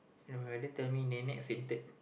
my brother tell me nenek fainted